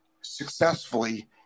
successfully